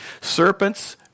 Serpents